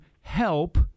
help